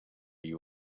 you